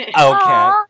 Okay